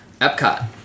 Epcot